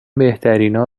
بهترینا